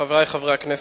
חברי חברי הכנסת,